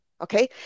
Okay